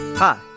Hi